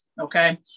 okay